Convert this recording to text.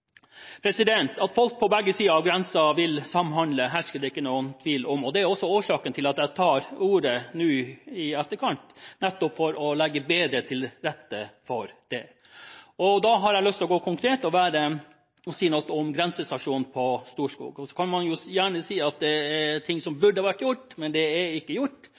At folk på begge sider av grensen vil samhandle, hersker det ikke noen tvil om. Det er også årsaken til at jeg tar ordet nå i etterkant, nettopp for å legge bedre til rette for det. Jeg har lyst til å være konkret og si noe om grensestasjonen på Storskog. Man kan gjerne si at det er ting som burde ha vært gjort, som ikke har blitt gjort, men vi vet i hvert fall at antall grensepasseringer i 2013 vil passere vel 300 000. Det er